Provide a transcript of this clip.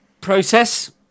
process